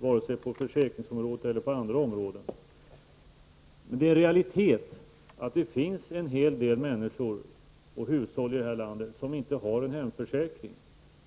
vare sig på försäkringsområdet eller på andra områden. Men det är en realitet att en hel del människor och hushåll i det här landet inte har en hemförsäkring.